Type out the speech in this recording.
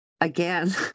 again